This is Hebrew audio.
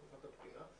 תקופת הבחינה,